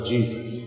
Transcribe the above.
Jesus